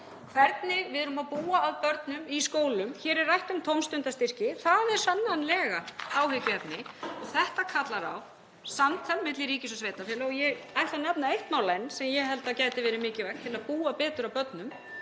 hvernig við erum að búa að börnum í skólum. Hér er rætt um tómstundastyrki. Það er sannarlega áhyggjuefni og þetta kallar á samtal milli ríkis og sveitarfélaga. (Forseti hringir.) Ég ætla að nefna eitt mál enn sem ég held að gæti verið mikilvægt til að búa betur að börnum